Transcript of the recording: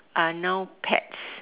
are now pets